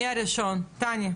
תני.